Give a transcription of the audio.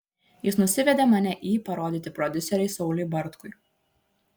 jis nusivedė mane į parodyti prodiuseriui sauliui bartkui